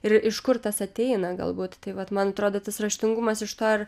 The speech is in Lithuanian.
ir iš kur tas ateina galbūt tai vat man atrodo tas raštingumas iš to ir